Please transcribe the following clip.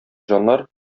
җаннар